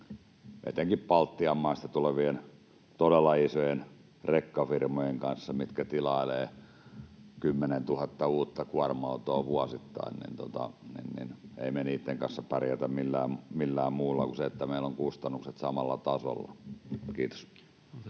etenkin Baltian maista tulevien todella isojen rekkafirmojen kanssa, mitkä tilailevat 10 000 uutta kuorma-autoa vuosittain. Emme me niitten kanssa pärjää millään muulla kuin sillä, että meillä ovat kustannukset samalla tasolla. — Kiitos.